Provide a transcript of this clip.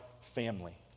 family